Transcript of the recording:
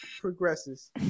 progresses